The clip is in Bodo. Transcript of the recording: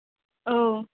औ